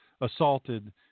assaulted